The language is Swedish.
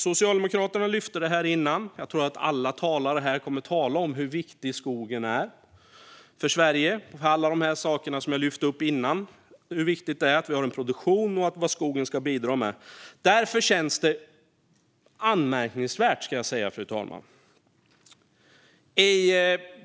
Socialdemokraterna lyfte det tidigare, och jag tror att alla talare här kommer att tala om hur viktig skogen är för Sverige och alla de saker jag lyfte upp innan, som hur viktigt det är att vi har en produktion och vad skogen ska bidra med. Därför ska jag säga att följande känns anmärkningsvärt, fru talman.